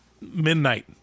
Midnight